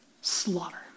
slaughter